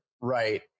Right